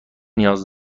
نیاز